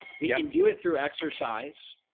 we and do it through exercise,